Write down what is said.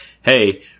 Hey